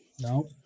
No